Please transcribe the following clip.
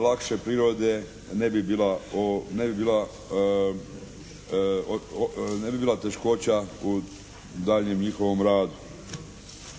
lakše prirode ne bi bila teškoća u daljnjem njihovom radu.